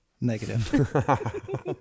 Negative